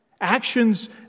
actions